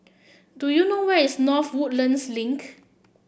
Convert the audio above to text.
do you know where is North Woodlands Link